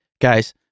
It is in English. Guys